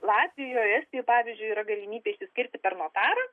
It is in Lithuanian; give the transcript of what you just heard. latvijoj estijoj pavyzdžiui yra galimybė išsiskirti per notarą